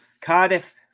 Cardiff